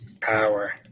Power